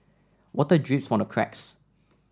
water drips from the cracks